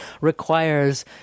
requires